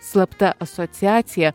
slapta asociacija